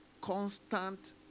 constant